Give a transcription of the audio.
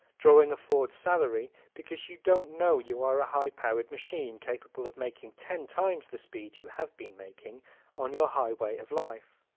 drawing a ford salary because you don't know you are a high-powered machine capable of making ten times the speed you have been making on your highway of life.